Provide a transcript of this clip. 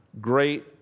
Great